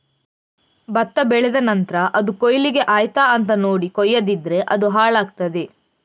ಭತ್ತ ಬೆಳೆದ ನಂತ್ರ ಅದು ಕೊಯ್ಲಿಕ್ಕೆ ಆಯ್ತಾ ಅಂತ ನೋಡಿ ಕೊಯ್ಯದಿದ್ರೆ ಅದು ಹಾಳಾಗ್ತಾದೆ